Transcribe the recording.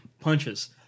Punches